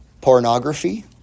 pornography